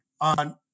on